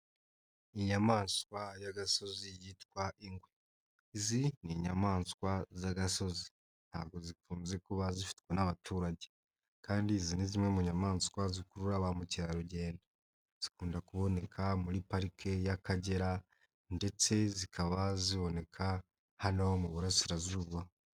Inyamaswa y'agasozi yitwa ingwe. Izi ni inyamaswa z'agasozi. Ntabwo zikunze kuba zifitwe n'abaturage kandi izi ni zimwe mu nyamaswa zikurura ba mukerarugendo. Zikunda kuboneka muri pariki y'Akagera ndetse zikaba ziboneka hano mu Burasirazuba.